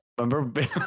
Remember